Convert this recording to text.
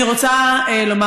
אני רוצה לומר,